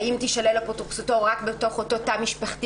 האם תישלל אפוטרופסותו רק בתוך אותו תא משפחתי